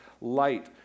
light